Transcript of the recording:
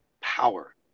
power